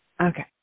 Okay